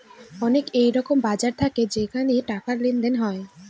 অনেক এরকম বাজার থাকে যেখানে টাকার লেনদেন হয়